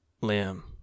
limb